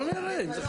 בוא נראה אם זה חל.